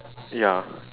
ya